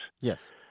Yes